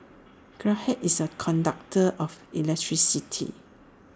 graphite is A conductor of electricity